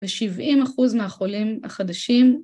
ב-70% מהחולים החדשים...